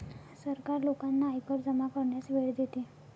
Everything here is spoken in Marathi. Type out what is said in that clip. सरकार लोकांना आयकर जमा करण्यास वेळ देते